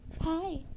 Hi